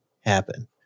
happen